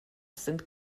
sind